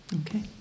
Okay